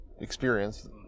experience